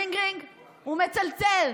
רינג-רינג, הוא מצלצל.